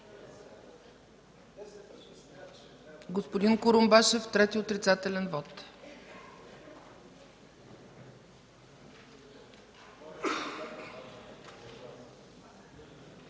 Господин Курумбашев – трети отрицателен вот.